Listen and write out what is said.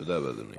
תודה רבה, אדוני.